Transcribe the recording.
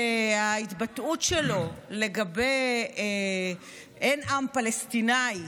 וההתבטאות שלו שאין עם פלסטיני,